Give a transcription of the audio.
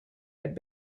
had